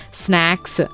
snacks